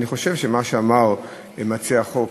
אני חושב שמה שאמר מציע החוק,